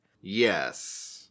yes